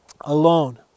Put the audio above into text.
alone